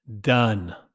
done